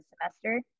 semester